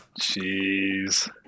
Jeez